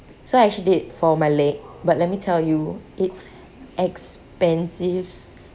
so I actually did for my leg but let me tell you it's expensive